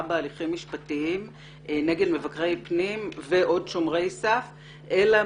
בהליכים משפטיים נגד מבקרי פנים ועוד שומרי סף אלא